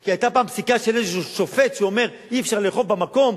כי היתה פעם פסיקה של איזה שופט שאומר שאי-אפשר לאכוף במקום,